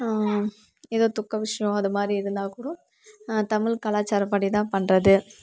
ஏதோ துக்க விஷயோம் அது மாதிரி இருந்தால் கூடோ தமிழ் கலாச்சாரப்படிதான் பண்ணுறது